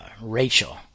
Rachel